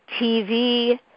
TV